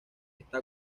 está